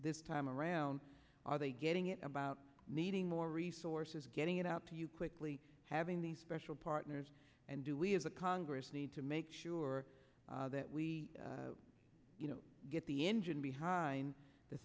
time around are they getting it about needing more resources getting it out to you quickly having these special partners and do we as a congress need to make sure that we you know get the engine behind the